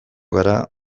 gara